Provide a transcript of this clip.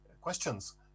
questions